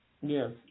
Yes